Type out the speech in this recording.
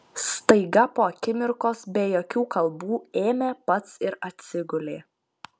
staiga po akimirkos be jokių kalbų ėmė pats ir atsigulė